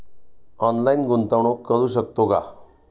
Online गुंतवणूक करू शकतो का?